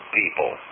people